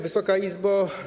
Wysoka Izbo!